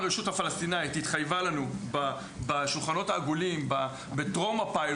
אתה אומר שהרשות הפלסטינית לא משתפת פעולה בנושא הזה?